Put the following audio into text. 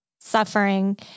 suffering